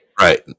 Right